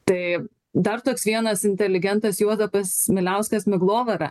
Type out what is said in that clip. tai dar toks vienas inteligentas juozapas miliauskas miglovara